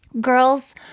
Girls